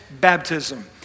baptism